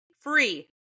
free